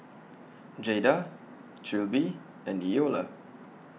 Jayda Trilby and Eola